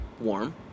warm